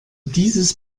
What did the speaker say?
dieses